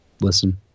listen